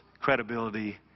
credibility